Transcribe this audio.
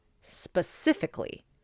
specifically